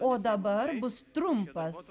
o dabar bus trumpas